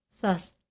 thus